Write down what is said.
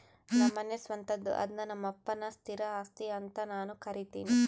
ನಮ್ಮನೆ ಸ್ವಂತದ್ದು ಅದ್ನ ನಮ್ಮಪ್ಪನ ಸ್ಥಿರ ಆಸ್ತಿ ಅಂತ ನಾನು ಕರಿತಿನಿ